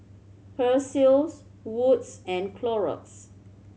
Persil Wood's and Clorox